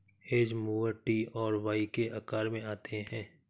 hedge mower T और Y के आकार में आते हैं